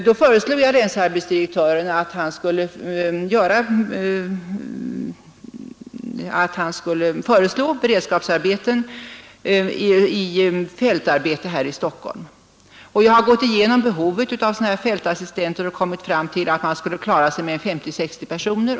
Jag rekommenderade länsarbetsdirektören att föreslå beredskapsarbeten inom fältverksamheten i Stockholm. Jag har gått igenom behovet av fältassistenter och kommit fram till att man skulle klara sig med 50—60 personer.